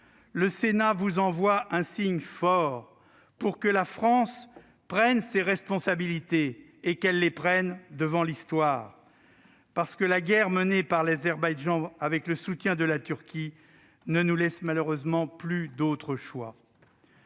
le Sénat vous envoie un signe fort pour que la France prenne ses responsabilités devant l'Histoire, parce que la guerre menée par l'Azerbaïdjan avec le soutien de la Turquie ne nous laisse malheureusement plus d'autre choix.